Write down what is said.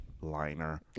liner